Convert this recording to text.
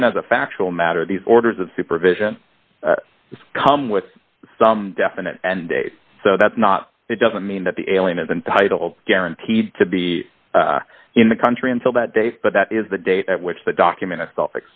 even as a factual matter these orders of supervision come with some definite and date so that's not it doesn't mean that the elian is entitled guaranteed to be in the country until that date but that is the date at which the document